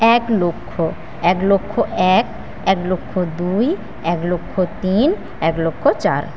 এক লক্ষ এক লক্ষ এক এক লক্ষ দুই এক লক্ষ তিন এক লক্ষ চার